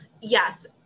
yes